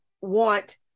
want